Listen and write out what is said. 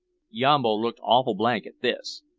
yambo looked awful blank at this.